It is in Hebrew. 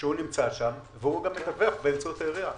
שנמצא שם וגם מדווח באמצעות העירייה.